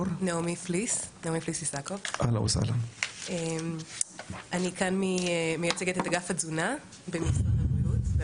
אני כאן מייצגת את אגף התזונה במשרד הבריאות.